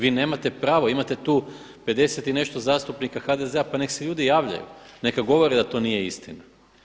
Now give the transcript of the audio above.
Vi nemate pravo, imate tu 50 i nešto zastupnika HDZ-a pa nek se ljudi javljaju, neka govore da to nije istina.